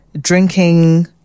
drinking